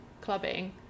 clubbing